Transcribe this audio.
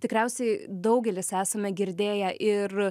tikriausiai daugelis esame girdėję ir